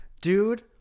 Dude